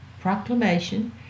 proclamation